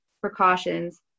precautions